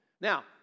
Now